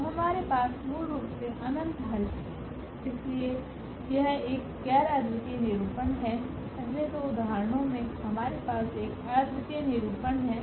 अब हमारे पास मूल रूप से अनंत हल हैं इसलिए यह एक गैर अद्वितीय निरूपण है पहले दो उदाहरणों में हमारे पास एक अद्वितीय निरूपण है